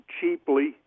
cheaply